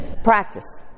Practice